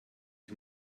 ich